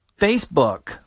Facebook